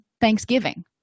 Thanksgiving